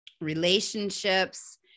relationships